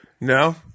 No